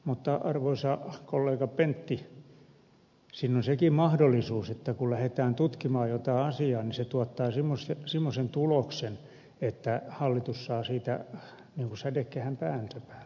mutta arvoisa kollega pentti siinä on sekin mahdollisuus että kun lähdetään tutkimaan jotain asiaa niin se tuottaa semmoisen tuloksen että hallitus saa siitä ikään kuin sädekehän päänsä päälle